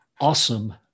awesome